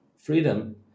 freedom